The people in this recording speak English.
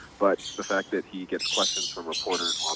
but, the fact that he gets questions from reporters